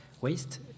waste